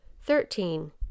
Thirteen